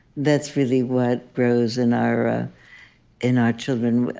that's really what grows in our ah in our children.